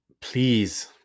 please